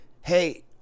hey